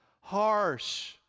harsh